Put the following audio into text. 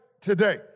today